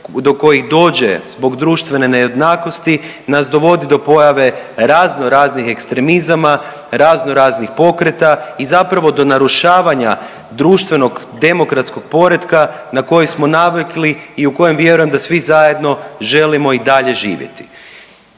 do kojih dođe zbog društvene nejednakosti nas dovodi do pojave razno raznih ekstremizama, razno raznih pokreta i zapravo do narušavanja društvenog demokratskog poretka na koje smo navikli i u kojem vjerujem da svi zajedno želimo i dalje živjeti.